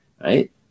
Right